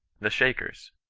the shakers.